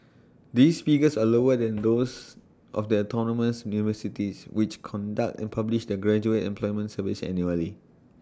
these figures are lower than those of the autonomous universities which conduct and publish their graduate employment surveys annually